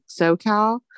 socal